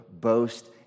boast